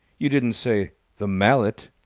you didn't say the mallet?